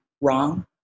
wrong